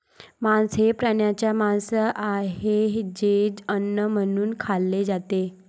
मांस हे प्राण्यांचे मांस आहे जे अन्न म्हणून खाल्ले जाते